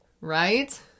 right